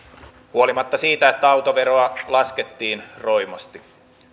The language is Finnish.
huolimatta siitä että autoveroa laskettiin roimasti